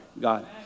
God